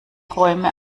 räume